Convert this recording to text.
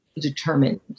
determined